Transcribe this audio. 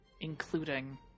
including